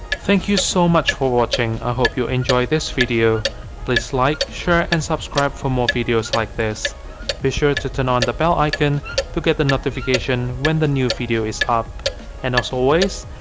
thank you so much for watching. i hope you enjoy this video please like, share and subscribe for more videos like this be sure to turn on the bell icon to get the notification when the new video is up and as always,